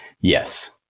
yes